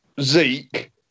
Zeke